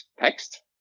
text